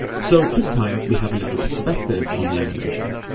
so this time, we have a little perspective on the animation.